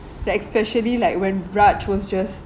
like especially like when raj was just